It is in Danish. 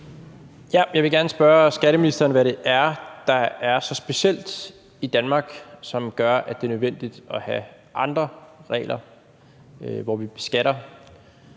Jeg vil gerne spørge skatteministeren, hvad det er, der er så specielt i Danmark, som gør, at det er nødvendigt at have andre regler, hvor vi beskatter